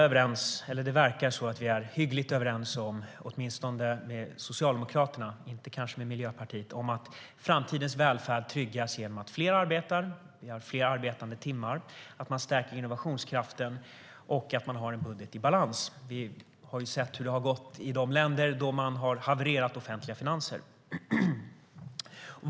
Det verkar som att vi är hyggligt överens åtminstone med Socialdemokraterna, men kanske inte med Miljöpartiet, om att framtidens välfärd tryggas genom att fler arbetar, att det är fler arbetade timmar, att man stärker innovationskraften och att man har en budget i balans. Vi har sett hur det har gått i de länder där offentliga finanser har havererat.